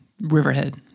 Riverhead